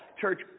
church